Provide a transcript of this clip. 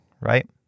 right